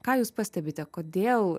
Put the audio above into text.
ką jūs pastebite kodėl